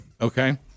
Okay